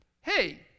hey